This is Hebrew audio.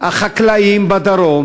הזה כדי להבין שאנחנו לא נמצאים פה דור אחד,